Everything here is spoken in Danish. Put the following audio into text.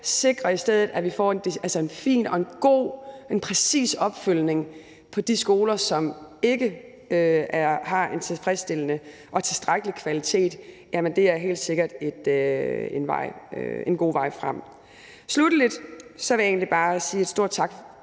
sikret, at vi får en fin og god og præcis opfølgning på de skoler, som ikke har en tilfredsstillende og tilstrækkelig kvalitet. Det er helt sikkert en god vej frem. Sluttelig vil jeg egentlig bare både sige stor tak